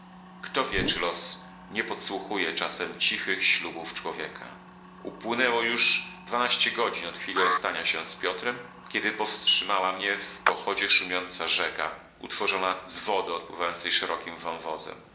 kto wie czy los nie podsłuchuje czasem cichych ślubów człowieka upłynęło już dwanaście godzin od chwili rozstania się z piotrem kiedy powstrzymała mnie w pochodzie szumiąca rzeka utworzona z wody odpływającej szerokim